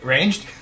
Ranged